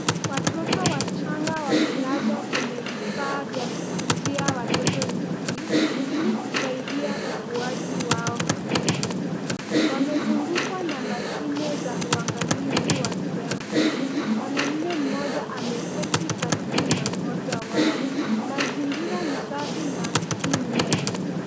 Watoto wachanga wamelazwa kwenye vifaa vya kutunzia watoto njiti ili kusaidia ukuaji wao hospitalini. Wamezungukwa na mashine za uangalizi wa kiafya. Mwanamme mmoja ameketi karibu na mmoja wao. Mazingira ni safi na kimya.